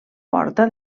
porta